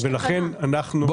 ולכן אנחנו --- אין,